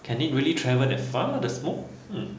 can it really travel that far the smoke hmm